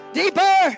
deeper